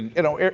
you know,